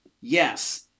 Yes